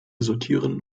sortieren